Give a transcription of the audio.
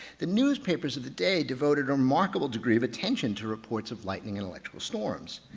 the newspapers of the day devoted a remarkable degree of attention to reports of lightning and electrical storms.